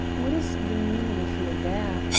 what is the meaning of le ver?